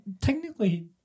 technically